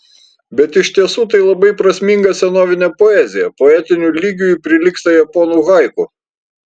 bet iš tiesų tai labai prasminga senovinė poezija poetiniu lygiu ji prilygsta japonų haiku